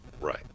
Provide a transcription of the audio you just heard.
right